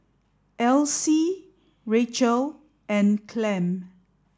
L C Rachel and Clem